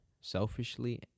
Selfishly